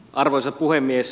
arvoisa puhemies